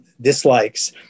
dislikes